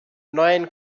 neuen